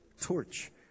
torch